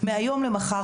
מהיום למחר,